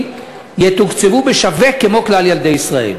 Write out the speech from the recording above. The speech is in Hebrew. יתוקצבו בשווה כמו כלל ילדי ישראל,